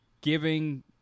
giving